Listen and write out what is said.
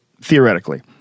Theoretically